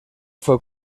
fue